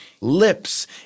lips